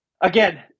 Again